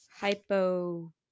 hypo